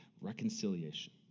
reconciliation